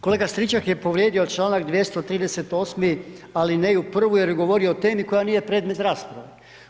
Kolega Stričak je povrijedio čl. 238., alineju prvu jer je govorio o temi koja nije premet rasprave.